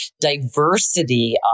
diversity